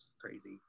crazy